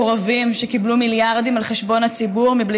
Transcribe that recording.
מקורבים שקיבלו מיליארדים על חשבון הציבור בלי